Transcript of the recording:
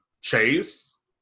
chase